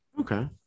Okay